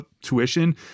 tuition